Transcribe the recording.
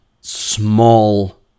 small